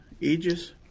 Aegis